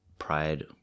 pride